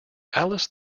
alice